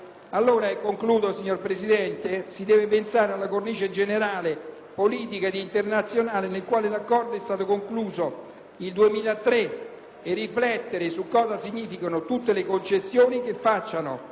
Allora, signora Presidente, si deve pensare alla cornice generale, politica ed internazionale nella quale l'Accordo è stato concluso, il 2003, e riflettere su cosa significhino tutte le concessioni che facciamo